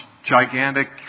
gigantic